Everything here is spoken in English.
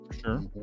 Sure